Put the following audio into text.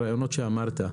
יכול להיות הרעיונות שאמרת,